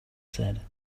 said